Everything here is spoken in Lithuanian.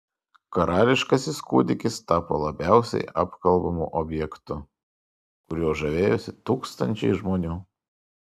karališkasis kūdikis tapo labiausiai apkalbamu objektu kuriuo žavėjosi tūkstančiai žmonių